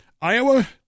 Iowa